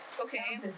Okay